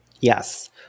Yes